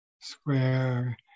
square